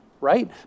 right